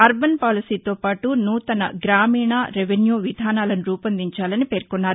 urban పాలసీతో పాటు సూతన గ్రామీణ రెవెన్యూ విధానాలను రూపొందించాలని పేర్కొన్నారు